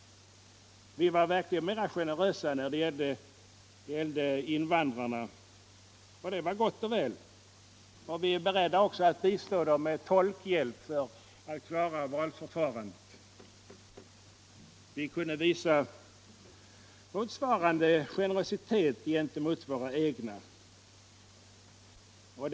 Vi var verkligen mera generösa när det gällde invandrarna, och det var gott och väl. Vi är också strax beredda att bistå dem med tolkhjälp för att klara valförfarandet. Vi borde kunna visa generositet gentemot våra egna också.